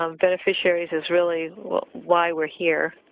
um beneficiaries is really why we're here,